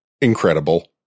incredible